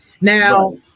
now